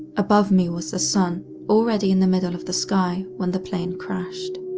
above me was the sun already in the middle of the sky when the plane crashed.